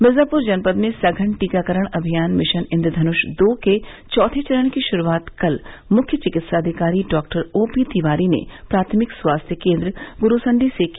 मिर्जापुर जनपद में सघन टीकाकरण अभियान मिशन इंद्रधनुष दो के चौथे चरण की शुरूआत कल मुख्य चिकित्साधिकारी डॉक्टर ओपी तिवारी ने प्राथमिक स्वास्थ्य केन्द्र गुरूसण्डी से की